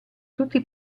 tutti